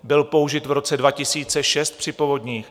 Byl použit v roce 2006 při povodních.